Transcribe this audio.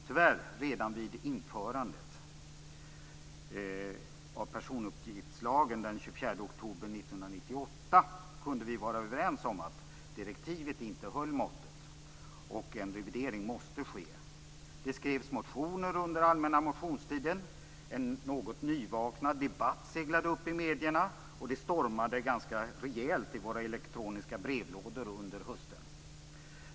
Tyvärr kunde vi redan vid införandet av personuppgiftslagen den 24 oktober 1998 vara överens om att direktivet inte höll måttet och att en revidering måste ske. Det skrevs motioner under allmänna motionstiden, en något nyvaknad debatt seglade upp i medierna, och det stormade ganska rejält i våra elektroniska brevlådor under hösten.